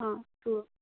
অ'